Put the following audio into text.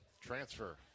transfer